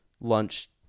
lunch